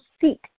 seat